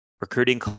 recruiting